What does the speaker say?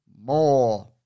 more